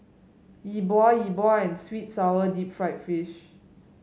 Yi Bua Yi Bua and sweet and sour Deep Fried Fish